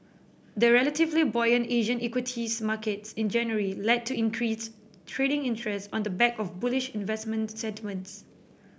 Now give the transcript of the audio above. the relatively buoyant Asian equities markets in January led to increased trading interest on the back of bullish investor sentiments